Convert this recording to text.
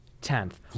tenth